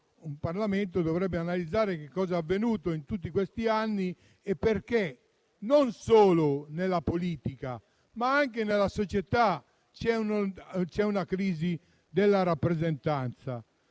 il Parlamento analizzasse cosa è avvenuto in tutti questi anni e perché, non solo nella politica ma anche nella società, c'è una crisi della rappresentanza.